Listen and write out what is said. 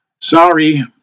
Sorry